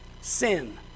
Sin